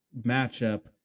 matchup